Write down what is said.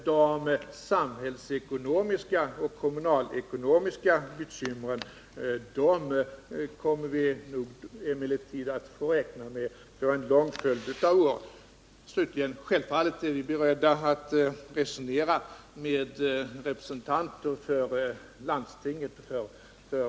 De kommunalekonomiska och övriga samhällsekonomiska bekym ren kommer vi nog emellertid att få räkna med för en lång följd av år. Nr 167 Slutligen: Självfallet är vi beredda att resonera med representanter för